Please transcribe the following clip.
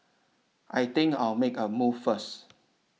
I think I'll make a move first